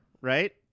right